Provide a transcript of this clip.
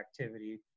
activity